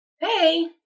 Hey